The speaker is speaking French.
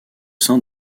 sein